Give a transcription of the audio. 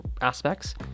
aspects